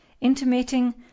intimating